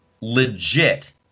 legit